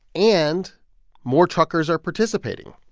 and more truckers are participating.